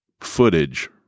footage